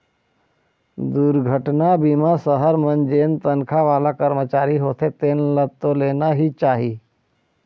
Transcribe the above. दुरघटना बीमा सहर मन जेन तनखा वाला करमचारी होथे तेन ल तो लेना ही चाही